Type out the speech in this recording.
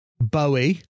Bowie